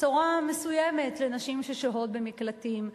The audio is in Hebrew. בשורה מסוימת לנשים ששוהות במקלטים,